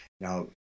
Now